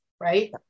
right